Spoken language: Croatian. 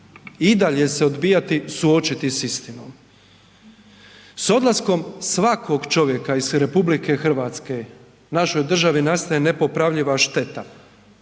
i dalje se odbijati suočiti s istinom. S odlaskom svakog čovjeka iz RH našoj državi nastaje nepopravljiva šteta,